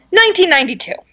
1992